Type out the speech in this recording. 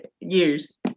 years